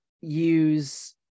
use